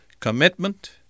commitment